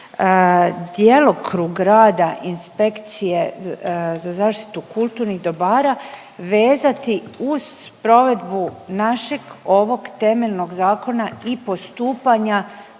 djelokrug rada inspekcije za zaštitu kulturnih dobara vezati uz provedbu našeg ovog temeljnog zakona i postupanja